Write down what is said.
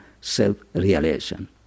self-realization